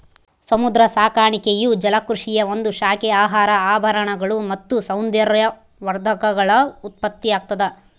ಸಮುದ್ರ ಸಾಕಾಣಿಕೆಯು ಜಲಕೃಷಿಯ ಒಂದು ಶಾಖೆ ಆಹಾರ ಆಭರಣಗಳು ಮತ್ತು ಸೌಂದರ್ಯವರ್ಧಕಗಳ ಉತ್ಪತ್ತಿಯಾಗ್ತದ